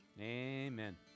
amen